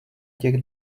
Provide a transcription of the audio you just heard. těch